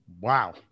Wow